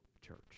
church